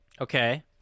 Okay